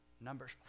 Numbers